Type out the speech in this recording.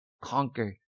conquered